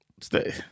Stay